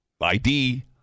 ID